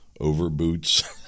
overboots